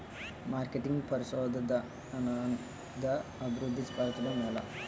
marketing పరిశోధనదా అభివృద్ధి పరచడం ఎలా